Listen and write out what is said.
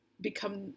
become